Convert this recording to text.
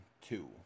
Two